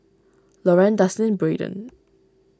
Loran Dustin Braiden